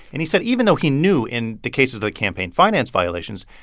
and he said even though he knew, in the cases of the campaign finance violations,